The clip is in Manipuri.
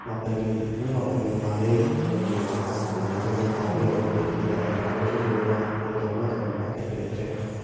ꯃꯥꯄꯟꯒꯤ ꯄꯨꯡ ꯃꯥꯄꯟꯒꯤ ꯃꯃꯥꯡꯗ ꯌꯧꯕꯤꯔꯛꯑꯣꯅ ꯍꯥꯏꯈꯤꯕꯅꯤ ꯑꯗꯣ ꯍꯧꯖꯤꯛꯐꯥꯎꯕ ꯌꯧꯔꯛꯇꯦ ꯑꯗꯨꯒ ꯗ꯭ꯔꯥꯏꯚꯔꯁꯤꯁꯨ ꯑꯩꯅ ꯀꯣꯜ ꯇꯧꯕ ꯃꯇꯝꯗ ꯄꯥꯏꯈꯠꯄꯤꯔꯛꯇ꯭ꯔꯦ